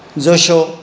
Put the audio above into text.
जश्यो